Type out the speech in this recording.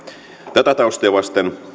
tätä taustaa vasten